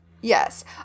Yes